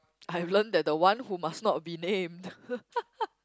I've learn that the one who must not be named